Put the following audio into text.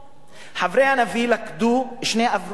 חברי הנביא לכדו שני אפרוחים,